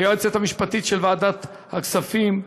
היועצת המשפטית של ועדת הכספים,